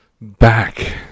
back